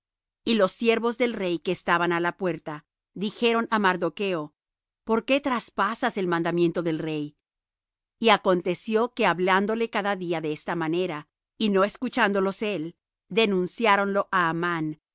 y los siervos del rey que estaban á la puerta dijeron á mardocho por qué traspasas el mandamiento del rey y aconteció que hablándole cada día de esta manera y no escuchándolos él denunciáronlo á amán